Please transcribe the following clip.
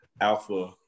alpha